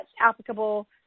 applicable